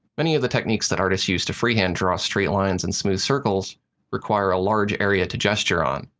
many of the techniques that artists use to freehand draw straight lines and smooth circles require a large area to gesture on.